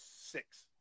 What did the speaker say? six